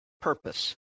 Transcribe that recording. purpose